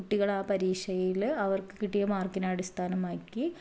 കുട്ടികൾ ആ പരീക്ഷയില് അവർക്ക് കിട്ടിയ മാർക്കിനെ അടിസ്ഥാനമാക്കി